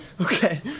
Okay